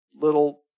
little